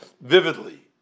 vividly